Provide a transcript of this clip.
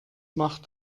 macht